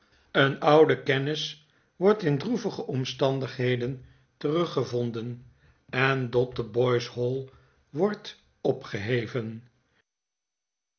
een oude kennis wordt in droevige omstandigheden teruggevonden en dotheboyshall wordt opgeheven